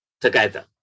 together